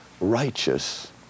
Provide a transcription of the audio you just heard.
righteous